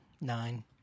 Nine